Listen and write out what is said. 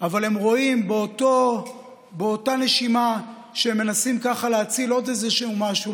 אבל הם רואים שבאותה נשימה שהם מנסים ככה להציל עוד איזה משהו,